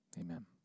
Amen